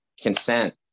consent